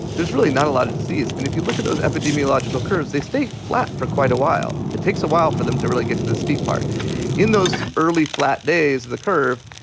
there's really not a lot of disease. and if you look at those epidemiological curves, they stay flat for quite a while. it takes a while for them to really get to the steep part in those early flat days of the curve.